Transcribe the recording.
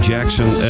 Jackson